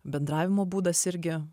bendravimo būdas irgi